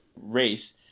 race